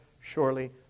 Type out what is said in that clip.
surely